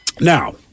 Now